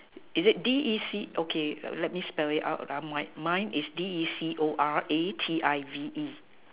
is it D E C okay let me spell it out mine mine is D E C O R A T I V E